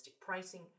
pricing